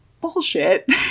bullshit